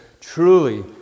truly